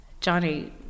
Johnny